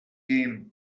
came